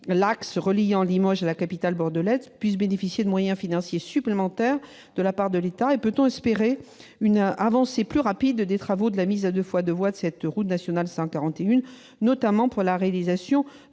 l'axe reliant Limoges à la capitale bordelaise, puissent bénéficier de moyens financiers supplémentaires de la part de l'État ? Peut-on également espérer une avancée plus rapide des travaux d'aménagement à deux fois deux voies de la RN 141, notamment pour la réalisation